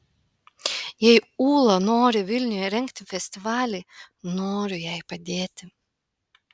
jei ūla nori vilniuje rengti festivalį noriu jai padėti